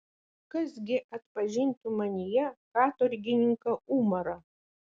kas gi atpažintų manyje katorgininką umarą